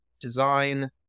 design